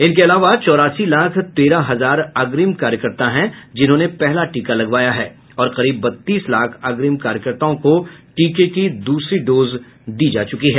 इनके अलावा चौरासी लाख तेरह हजार अग्रिम कार्यकर्ता हैं जिन्होंने पहला टीका लगवाया है और करीब बत्तीस लाख अग्रिम कार्यकर्ताओं को टीके की दूसरी डोज दी जा चुकी है